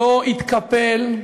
לא התקפל,